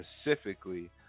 specifically